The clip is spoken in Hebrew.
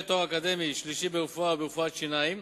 תואר אקדמי שלישי ברפואה או ברפואת שיניים